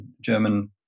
German